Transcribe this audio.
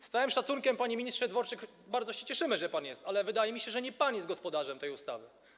Z całym szacunkiem, panie ministrze Dworczyk, bardzo się cieszymy, że pan jest, ale wydaje mi się, że nie pan jest gospodarzem tej ustawy.